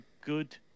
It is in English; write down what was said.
good